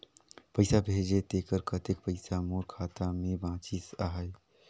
पइसा भेजे तेकर कतेक पइसा मोर खाता मे बाचिस आहाय?